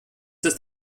ist